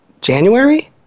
January